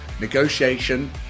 negotiation